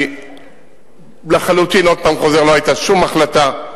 אני עוד פעם חוזר: לא היתה שום החלטה.